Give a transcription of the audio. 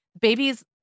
babies